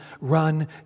Run